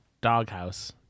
doghouse